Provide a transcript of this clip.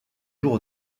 jours